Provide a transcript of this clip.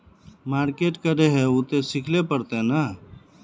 Market करे है उ ते सिखले पड़ते नय?